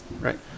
right